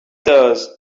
does